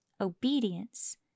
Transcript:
obedience